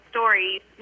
Stories